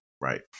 Right